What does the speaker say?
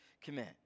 commit